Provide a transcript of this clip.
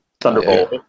Thunderbolt